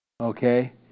okay